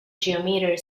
geometer